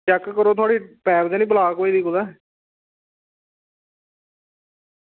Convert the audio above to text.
check करो थुआढ़ी pipe गै नना ब्लॉक होई दी कुदै